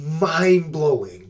mind-blowing